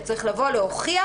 הוא צריך לבוא להוכיח,